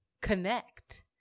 connect